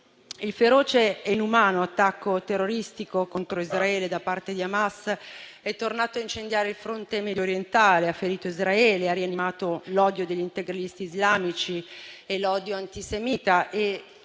Il feroce e inumano attacco terroristico contro Israele da parte di Hamas è tornato a incendiare il fronte mediorientale, ha ferito Israele, ha rianimato l'odio degli integralisti islamici e l'odio antisemita.